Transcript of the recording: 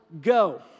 Go